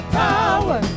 power